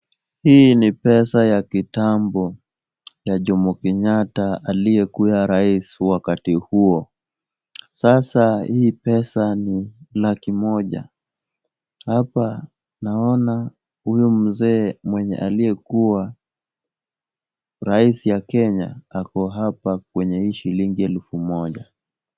Hii ni pesa ya kitambo ya Jomo Kenyatta aliyekuwa rais wakati huo. Sasa hii pesa ni laki moja. Hapa naona huyu mzee mwenye aliyekuwa rais ya Kenya ako hapa kwenye hii shilingi elfu moja.